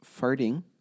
farting